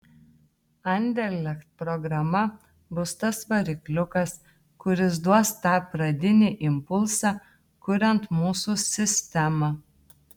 anderlecht programa bus tas varikliukas kuris duos tą pradinį impulsą kuriant mūsų sistemą